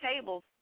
tables